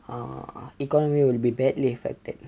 err economy will be badly affected